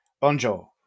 Bonjour